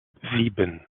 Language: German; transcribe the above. sieben